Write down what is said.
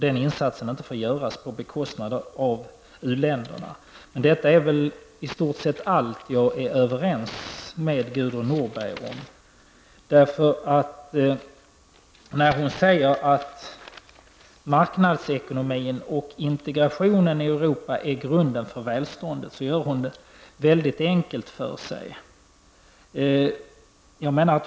Den insatsen får alltså inte göras på bekostnad av u-hjälpen. Det är i stort sett allt jag är överens om med Gudrun Norberg. När hon säger att marknadsekonomin och integrationen i Europa är grunden för välståndet, gör hon det väldigt enkelt för sig.